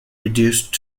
reduced